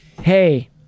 hey